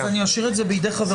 אז אני אשאיר את זה בידי חבריי,